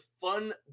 fun